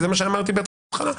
וזה מה שאמרתי בהתחלה,